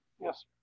Yes